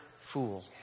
fool